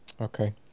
Okay